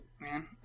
man